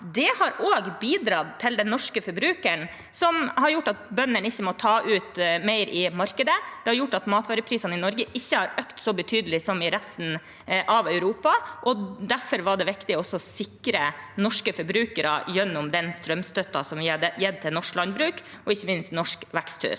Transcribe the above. Det har også bidratt for den norske forbrukeren, for det har gjort at bøndene ikke må ta ut mer i markedet. Det har gjort at matvareprisene i Norge ikke har økt så betydelig som i resten av Europa. Derfor var det viktig også å sikre norske forbrukere gjennom den strømstøtten vi ga til norsk landbruk, og ikke minst til norske veksthus.